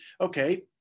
Okay